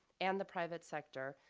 and the private sector,